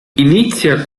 inizia